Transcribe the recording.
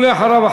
ואחריו,